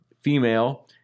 female